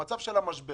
במצב של המשבר,